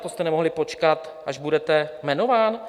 To jste nemohl počkat, až budete jmenován?